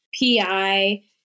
PI